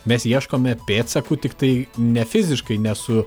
mes ieškome pėdsakų tiktai ne fiziškai ne su